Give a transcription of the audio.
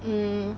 mm